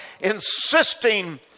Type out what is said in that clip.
insisting